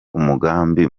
umugambi